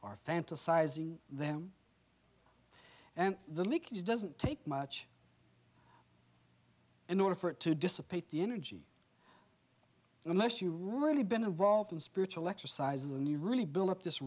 are fantasizing them and the leak is doesn't take much in order for it to dissipate the energy unless you really been involved in spiritual exercises and you really build up this